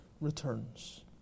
returns